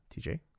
TJ